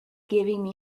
giving